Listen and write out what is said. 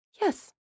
Yes